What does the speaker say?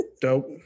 Dope